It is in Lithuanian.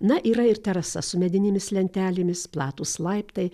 na yra ir terasa su medinėmis lentelėmis platūs laiptai